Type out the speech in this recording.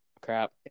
crap